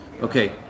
Okay